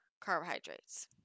carbohydrates